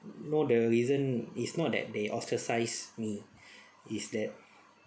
know the reason is not that they ostracised me is that